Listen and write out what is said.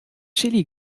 chili